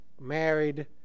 married